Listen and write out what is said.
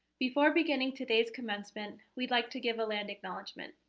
before beginning today's commencement, we'd like to give a land acknowledgement.